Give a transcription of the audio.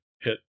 hit